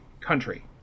Country